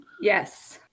Yes